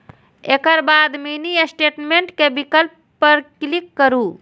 एकर बाद mini statement के विकल्प पर क्लिक करू